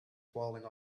falling